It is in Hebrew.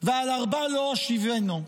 ועל ארבעה לא אשיבנו.